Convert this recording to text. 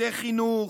עובדי חינוך,